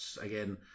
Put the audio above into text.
again